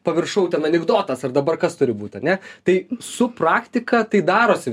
pamiršau ten anikdotas ar dabar kas turi būt ane tai su praktika tai darosi